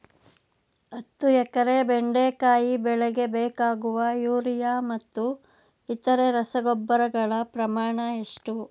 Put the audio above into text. ಹತ್ತು ಎಕರೆ ಬೆಂಡೆಕಾಯಿ ಬೆಳೆಗೆ ಬೇಕಾಗುವ ಯೂರಿಯಾ ಮತ್ತು ಇತರೆ ರಸಗೊಬ್ಬರಗಳ ಪ್ರಮಾಣ ಎಷ್ಟು?